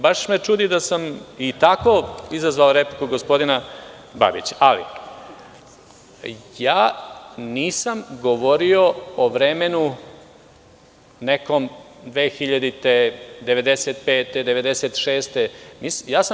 Baš me čudi da sam i tako izazvao repliku gospodina Babića, ali nisam govorio o vremenu nekom, 1995, 1996. godine.